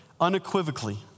unequivocally